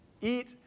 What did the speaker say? eat